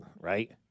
right